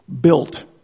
built